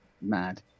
mad